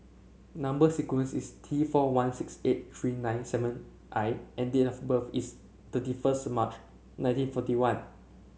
number sequence is T four one six eight three nine seven I and date of birth is thirty first March nineteen forty one